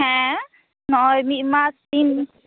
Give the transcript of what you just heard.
ᱦᱮᱸ ᱱᱚᱜᱼᱚᱭ ᱢᱤᱫ ᱢᱟᱥ ᱛᱤᱱ